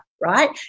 right